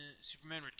Superman